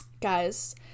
guys